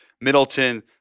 Middleton